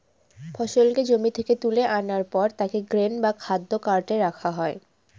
ফসলকে জমি থেকে তুলে আনার পর তাকে গ্রেন বা খাদ্য কার্টে রাখা হয়